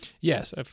Yes